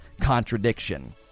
contradiction